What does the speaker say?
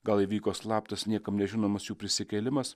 gal įvyko slaptas niekam nežinomas jų prisikėlimas